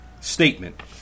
statement